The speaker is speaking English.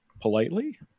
politely